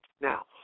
Now